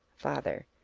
father.